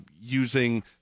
using